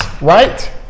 right